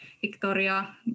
Victoria